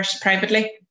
privately